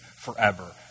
forever